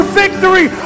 victory